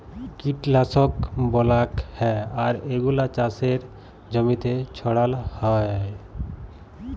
কীটলাশক ব্যলাক হ্যয় আর এগুলা চাসের জমিতে ছড়াল হ্য়য়